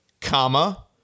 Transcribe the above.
comma